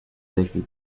take